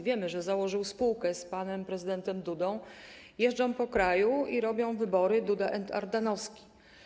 Wiemy, że założył spółkę z panem prezydentem Dudą, jeżdżą po kraju i robią wybory Duda & Ardanowski.